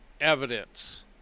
evidence